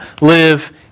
live